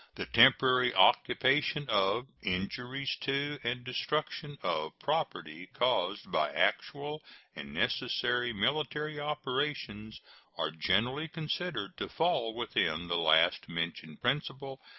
the temporary occupation of, injuries to, and destruction of property caused by actual and necessary military operations are generally considered to fall within the last-mentioned principle.